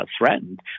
threatened